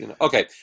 Okay